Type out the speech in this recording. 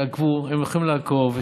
שיעקבו: הם יכולים לעקוב,